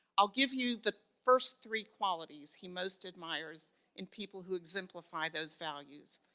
i'll give you the first three qualities he most admires in people who exemplify those values.